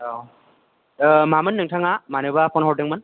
औ मामोन नोंथाङा मानोबा फ'न हरदोंमोन